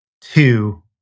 two